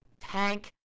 tank